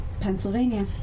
Pennsylvania